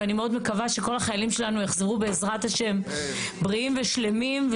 ואני מאוד מקווה שכל החיילים שלנו יחזרו בעזרת השם בריאים ושלמים.